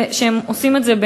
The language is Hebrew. שהם עושים את זה היא